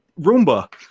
Roomba